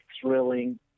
thrilling